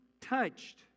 touched